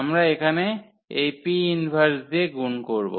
আমরা এখানে এই 𝑃−1 দিয়ে গুণ করব